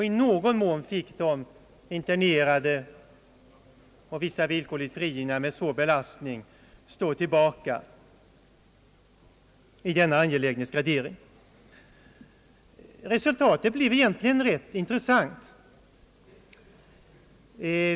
I någon mån fick de internerade och villkorligt frigivna med svår belastning stå tillbaka vid denna angelägenhetsgradering. Resultatet blev rätt intressant.